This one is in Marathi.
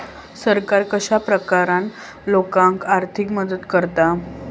सरकार कश्या प्रकारान लोकांक आर्थिक मदत करता?